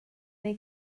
neu